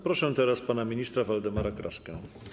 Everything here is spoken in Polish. Proszę teraz pana ministra Waldemara Kraskę.